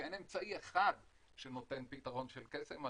שאין אמצעי אחד שנותן פתרון של קסם.